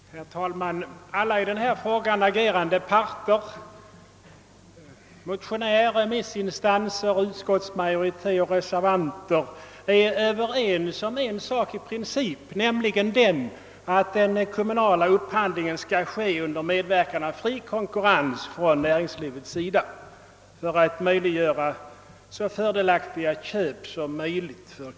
Herr talman! Alla i denna fråga agerande parter — motionär, remissinstanser, utskottsmajoritet och reservanter — är i princip överens om en sak, nämligen att den kommunala upphandlingen skall ske under medverkan av fri konkurrens från näringslivet så att kommunen kan tillförsäkras så fördelaktiga köp som möjligt.